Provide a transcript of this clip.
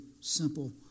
simple